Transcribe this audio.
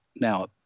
now